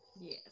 yes